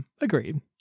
agreed